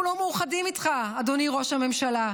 אנחנו לא מאוחדים איתך, אדוני ראש הממשלה.